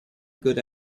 good